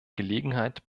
gelegenheit